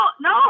No